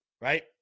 right